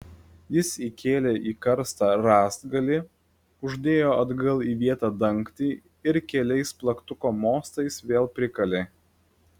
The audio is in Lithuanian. jis įkėlė į karstą rąstgalį uždėjo atgal į vietą dangtį ir keliais plaktuko mostais vėl prikalė